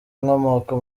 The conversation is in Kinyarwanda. inkomoko